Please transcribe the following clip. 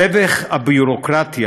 סבך הביורוקרטיה